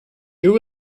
you